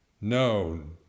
known